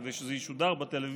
כדי שזה ישודר בטלוויזיה,